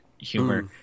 humor